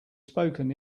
spoken